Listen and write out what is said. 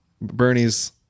Bernie's